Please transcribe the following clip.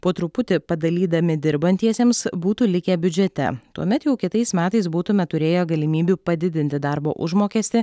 po truputį padalydami dirbantiesiems būtų likę biudžete tuomet jau kitais metais būtume turėję galimybių padidinti darbo užmokestį